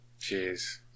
jeez